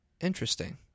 interesting